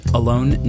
alone